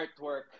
artwork